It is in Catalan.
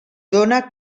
dóna